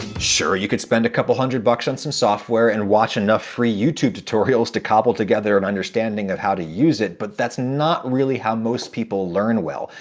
sure, you could spend a couple hundred bucks on some software and watch enough free youtube tutorials to cobble together an understanding of how to use it, but that's not really how most people learn well.